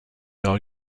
are